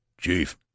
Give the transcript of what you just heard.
chief